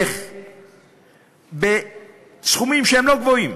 איך בסכומים שהם לא גבוהים,